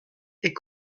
est